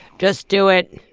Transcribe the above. just do it.